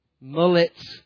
mullet